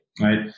right